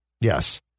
Yes